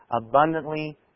abundantly